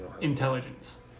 intelligence